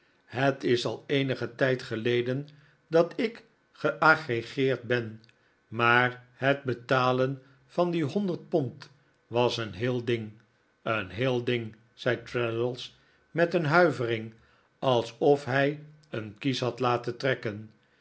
het is al eenigen tijd geleden dat ik geagreeerd ben maar het betalen van die honderd pond was een heel ding een heel ding zei traddles met een huivering alsof hij een kies had laten trekken